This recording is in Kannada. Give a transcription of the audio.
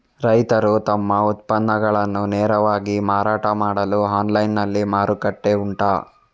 ರೈತರು ತಮ್ಮ ಉತ್ಪನ್ನಗಳನ್ನು ನೇರವಾಗಿ ಮಾರಾಟ ಮಾಡಲು ಆನ್ಲೈನ್ ನಲ್ಲಿ ಮಾರುಕಟ್ಟೆ ಉಂಟಾ?